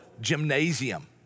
gymnasium